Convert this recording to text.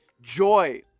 Joy